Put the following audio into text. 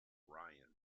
ryan